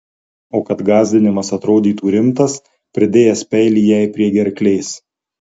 o kad gąsdinimas atrodytų rimtas pridėjęs peilį jai prie gerklės